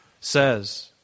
says